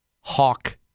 Hawk